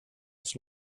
his